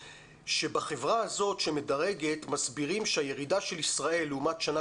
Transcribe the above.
שבחברה הזאת שמדרגת מסבירים שהירידה של ישראל לעומת שנה